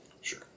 Sure